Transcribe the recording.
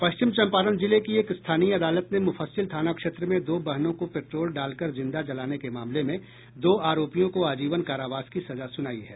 पश्चिम चम्पारण जिले की एक स्थानीय अदालत ने मुफस्सिल थाना क्षेत्र में दो बहनों को पेट्रोल डालकर जिंदा जलाने के मामले में दो आरोपियों को आजीवन कारावास की सजा सुनाई है